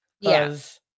Yes